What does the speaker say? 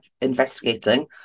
investigating